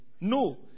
No